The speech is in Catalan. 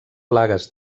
plagues